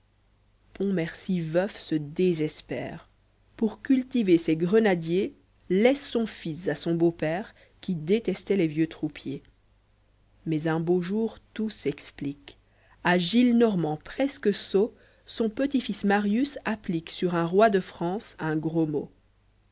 pontmercy veuf se désespère pour cultiver ses grenadiers laisse son fils à son beau-père qui détestait les vieux troupiers mais un beau jour tout s'e clique a gillenormand presque sot son petit-fils marius applique sur un roi de france un gros mot